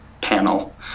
panel